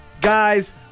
guys